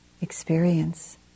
experience